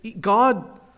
God